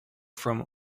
from